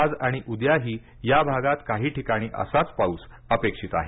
आज आणि उद्याही या भागात काही ठिकाणी असाच पाऊस अपेक्षित आहे